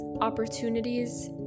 opportunities